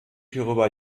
hierüber